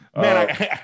Man